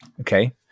Okay